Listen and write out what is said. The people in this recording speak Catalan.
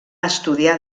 estudiar